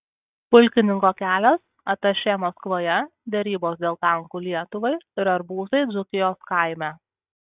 pulkininko kelias atašė maskvoje derybos dėl tankų lietuvai ir arbūzai dzūkijos kaime